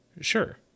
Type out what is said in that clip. Sure